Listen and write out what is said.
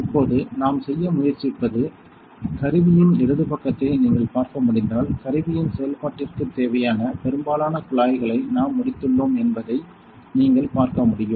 இப்போது நாம் செய்ய முயற்சிப்பது கருவியின் இடது பக்கத்தை நீங்கள் பார்க்க முடிந்தால் கருவியின் செயல்பாட்டிற்கு தேவையான பெரும்பாலான குழாய்களை நாம் முடித்துள்ளோம் என்பதை நீங்கள் பார்க்க முடியும்